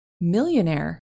Millionaire